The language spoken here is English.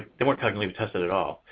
they weren't cognitively tested at all.